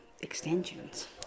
extensions